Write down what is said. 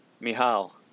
Mihal